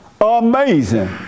Amazing